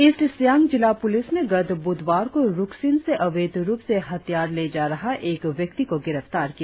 east Siang जिला police ने गत ब्रुधवार को रुकसिन से अवैध रुप से हथियार ले जा रहा एक गैर अरुणाचली व्यक्ति को गिरफ्तार किया